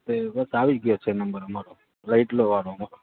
હવે બસ આવી ગયો છે નંબર આમારો લઈ જ લો વારો અમારો